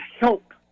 help